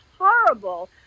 horrible